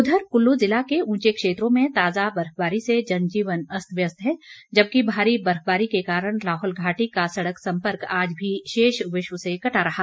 उधर कुल्लू ज़िला के ऊंचे क्षेत्रों में ताजा बर्फबारी से जनजीवन अस्त व्यस्त है जबकि भारी बर्फबारी के कारण लाहौल घाटी का सड़क संपर्क आज भी शेष विश्व से कटा रहा